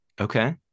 Okay